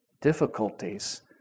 difficulties